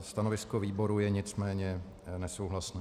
Stanovisko výboru je nicméně nesouhlasné.